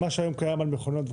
מה שהיום קיים על מכוניות וכו',